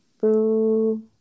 Boo